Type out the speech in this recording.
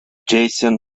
jason